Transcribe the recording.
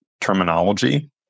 terminology